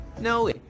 No